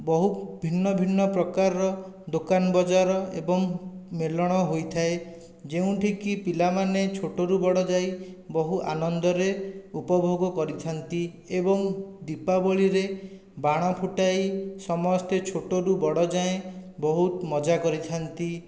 ବହୁ ଭିନ୍ନ ଭିନ୍ନ ପ୍ରକାରର ଦୋକାନ ବଜାର ଏବଂ ମେଲଣ ହୋଇଥାଏ ଯେଉଁଠିକି ପିଲାମାନେ ଛୋଟରୁ ବଡ଼ ଯାଇ ବହୁ ଆନନ୍ଦରେ ଉପଭୋଗ କରିଥାଆନ୍ତି ଏବଂ ଦୀପାବଳିରେ ବାଣ ଫୁଟାଇ ସମସ୍ତେ ଛୋଟରୁ ବଡ଼ ଯାଏଁ ବହୁତ ମଜା କରିଥାନ୍ତି